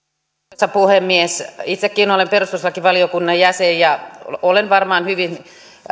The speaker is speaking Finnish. arvoisa puhemies itsekin olen perustuslakivaliokunnan jäsen ja olen varmaan hyvinkin